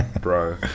bro